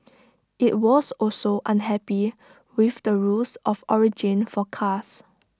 IT was also unhappy with the rules of origin for cars